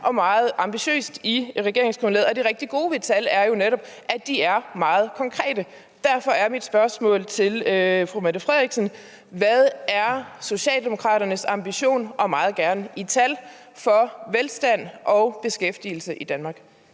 og meget ambitiøst i regeringsgrundlaget, og det rigtig gode ved tal er jo netop, at de er meget konkrete. Derfor er mit spørgsmål til fru Mette Frederiksen: Hvad er Socialdemokraternes ambition – og meget gerne i tal – for velstand og beskæftigelse i Danmark?